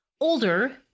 older